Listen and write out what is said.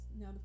Now